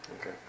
Okay